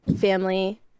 family